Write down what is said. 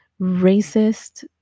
racist